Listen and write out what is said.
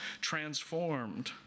transformed